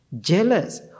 jealous